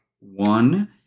one